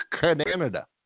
Canada